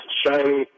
shiny